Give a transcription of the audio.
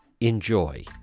enjoy